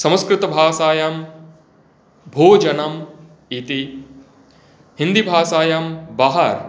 संस्कृतभासायां भोजनम् इति हिन्दीभाषायां बाहर्